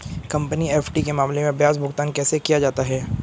Company FD के मामले में ब्याज भुगतान कैसे किया जाता है?